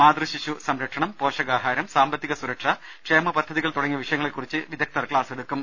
മാതൃശിശു സംരക്ഷണം പോഷ കാഹാരം സാമ്പത്തിക സുരക്ഷ ക്ഷേമ പദ്ധതികൾ തുടങ്ങിയ വിഷയങ്ങളെകു റിച്ച് വിദഗ്ദ്ധർ ക്ലാസെടുക്കും